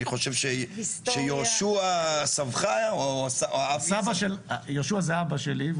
אני חושב שיהושוע סבך- -- יהושוע זה אבא שלי,